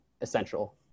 essential